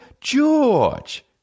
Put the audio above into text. George